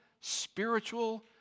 spiritual